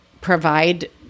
provide